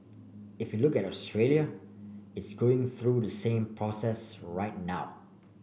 if you look at Australia it's going through the same process right now